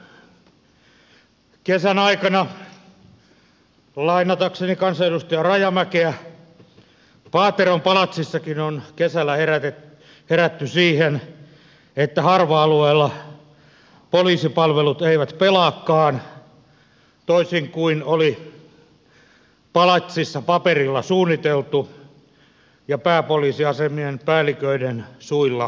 kesän aikana lainatakseni kansanedustaja rajamäkeä paateron palatsissakin on herätty siihen että harva alueella poliisipalvelut eivät pelaakaan toisin kuin oli palatsissa paperilla suunniteltu ja pääpoliisiasemien päälliköiden suilla vakuutettu